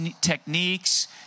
techniques